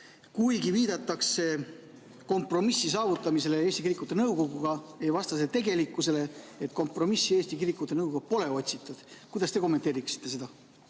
kuigi viidatakse kompromissi saavutamisele Eesti Kirikute Nõukoguga, siis see ei vasta tegelikkusele ja kompromissi Eesti Kirikute Nõukoguga pole otsitud. Kuidas te seda kommenteeriksite?